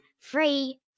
free